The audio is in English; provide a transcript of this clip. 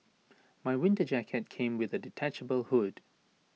my winter jacket came with A detachable hood